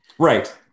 Right